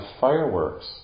fireworks